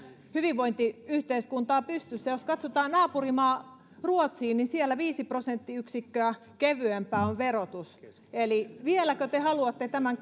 hyvinvointiyhteiskuntaa pystyssä jos katsotaan naapurimaahan ruotsiin niin siellä verotus on viisi prosenttiyksikköä kevyempää eli vieläkö te haluatte tämän